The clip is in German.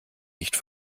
nicht